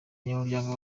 abanyamuryango